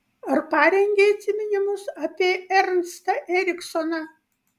ar parengei atsiminimus apie ernstą eriksoną